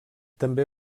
també